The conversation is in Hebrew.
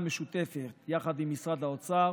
שהלכת איתו להרפתקה שפירקה את המחנה הלאומי,